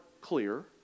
clear